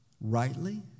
rightly